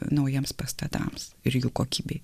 naujiems pastatams ir jų kokybei